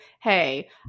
Hey